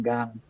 Gang